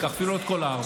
אפילו לא את כל הארבע,